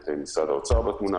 את משרד האוצר בתמונה,